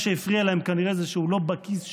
מה שהפריע להם כנראה זה שהוא לא בכיס שלהם,